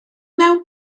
mewn